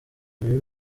mibi